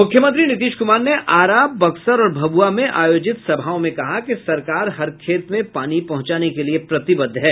मुख्यमंत्री नीतीश कुमार ने आरा बक्सर और भभुआ में आयोजित सभाओं में कहा कि सरकार हर खेत में पानी पहुंचाने के लिये प्रतिबद्ध है